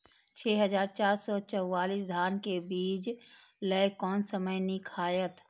छः हजार चार सौ चव्वालीस धान के बीज लय कोन समय निक हायत?